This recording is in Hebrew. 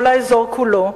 כל האזור כולו,